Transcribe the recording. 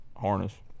harness